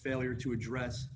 failure to address